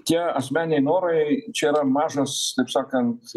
tie asmeniniai norai čia yra mažas taip sakant